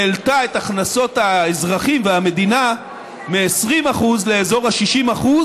שהעלתה את הכנסות האזרחים והמדינה מ-20% לאזור ה-60%.